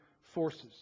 forces